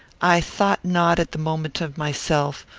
i thought not at the moment of myself,